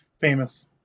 famous